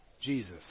Jesus